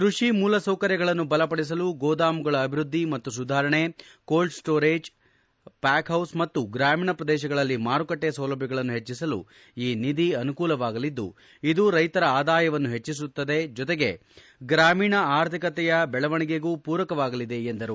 ಕ್ಬಡಿ ಮೂಲಸೌಕರ್ಯಗಳನ್ನು ಬಲಪದಿಸಲು ಗೋದಾಮುಗಳ ಅಭಿವೃದ್ದಿ ಮತ್ತು ಸುಧಾರಣೆ ಕೋಲ್ಡ್ ಸ್ಟೋರೇಜ್ ಪ್ಯಾಕ್ ಹೌಸ್ ಮತ್ತು ಗ್ರಾಮೀಣ ಪ್ರದೇಶಗಳಲ್ಲಿ ಮಾರುಕಟ್ಟೆ ಸೌಲಭ್ಯಗಳನ್ನು ಹೆಚ್ಚಿಸಲು ಈ ನಿಧಿ ಅನುಕೂಲವಾಗಲಿದ್ದು ಇದು ರೈತರ ಆದಾಯವನ್ನು ಹೆಚ್ಚಿಸುತ್ತದೆ ಜತೆಗೆ ಗ್ರಾಮೀಣ ಆರ್ಥಿಕತೆ ಬೆಳವಣಿಗೆಗೂ ಪೂರಕವಾಗಲಿದೆ ಎಂದರು